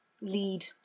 lead